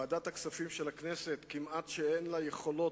ועדת הכספים של הכנסת כמעט שאין לה יכולת